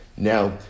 Now